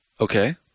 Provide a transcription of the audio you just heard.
Okay